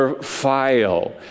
file